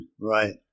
right